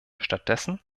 stattdessen